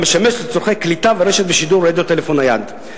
המשמש לצורכי קליטה ורשת בשידור רדיו טלפון נייד.